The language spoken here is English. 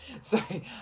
sorry